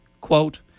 quote